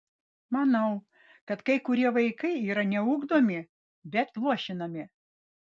manau kad kai kurie vaikai yra ne ugdomi bet luošinami